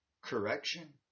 correction